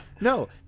no